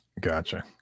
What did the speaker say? Gotcha